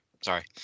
Sorry